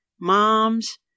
moms